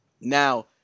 Now